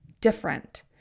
different